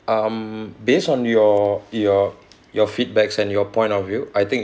um based on your your your feedbacks and your point of view I think